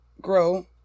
grow